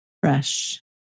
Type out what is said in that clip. Fresh